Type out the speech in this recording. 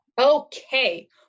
okay